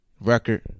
record